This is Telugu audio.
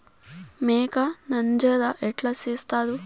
మేక నంజర ఎట్లా సేస్తారు?